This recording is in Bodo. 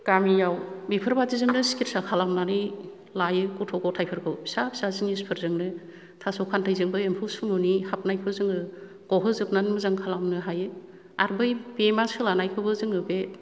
गामियाव बेफोरबायदि जोंनो सिखित्सा खालामनानै लायो गथ' गथायफोरखौ फिसा फिसा जिनिसफोरजोंनो थास' खान्थैजोंबो एम्फौ सुमुनि हाबनायखौ जोङो गहोजोबनानै मोजां खालामनो हायो आरो बै बेमा सोलानायखौबो जोङो बे